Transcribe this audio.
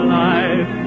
life